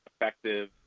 effective